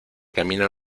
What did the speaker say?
camino